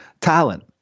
talent